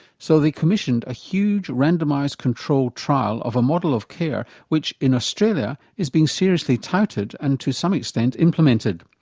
so they commissioned a huge randomised controlled trial of a model of care which in australia is being seriously touted and to some extent implemented.